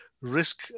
risk